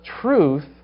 truth